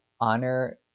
honor